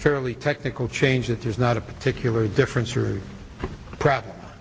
fairly technical change that there's not a particular difference or